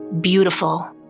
beautiful